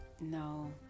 No